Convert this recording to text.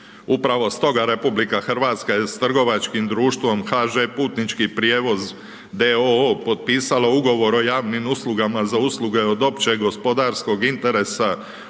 Upravo s toga, RH, je s tragačkim društvom HŽ putnički prijevoz d.o.o. potpisala ugovor o javnim uslugama za usluge od općeg, gospodarskog interesa